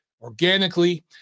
organically